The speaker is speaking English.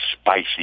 spicy